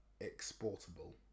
exportable